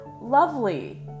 lovely